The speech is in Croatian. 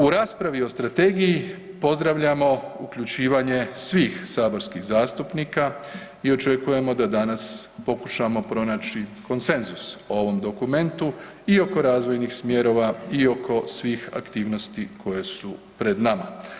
U raspravi o strategiji pozdravljamo uključivanje svih saborskih zastupnika i očekujemo da danas pokušamo pronaći konsenzus o ovom dokumentu i oko razvojnih smjerova i oko svih aktivnosti koje su pred nama.